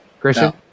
Christian